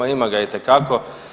Ima ga itekako.